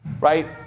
right